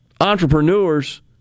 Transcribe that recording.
entrepreneurs